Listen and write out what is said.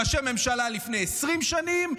ראשי ממשלה מלפני 20 שנים,